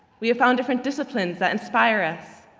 we have found different disciplines that inspire us,